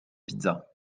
pizzas